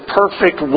perfect